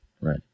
right